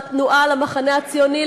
מהתנועה למחנה הציוני,